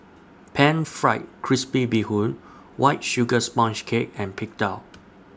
Pan Fried Crispy Bee Hoon White Sugar Sponge Cake and Png Tao